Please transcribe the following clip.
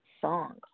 Song